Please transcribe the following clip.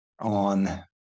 on